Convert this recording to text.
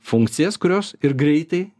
funkcijas kurios ir greitai